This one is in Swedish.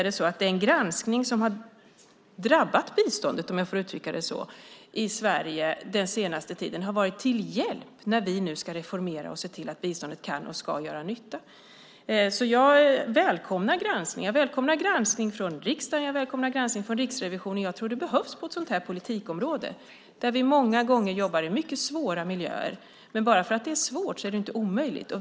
Den granskning som har drabbat biståndet - om jag får uttrycka det så - i Sverige den senaste tiden har varit till hjälp när vi nu ska reformera och se till att biståndet kan och ska göra nytta. Jag välkomnar granskning. Jag välkomnar granskning från riksdagen. Jag välkomnar granskning från Riksrevisionen. Jag tror att det behövs på ett sådant här politikområde där vi många gånger jobbar i mycket svåra miljöer. Men bara för att det är svårt är det ju inte omöjligt.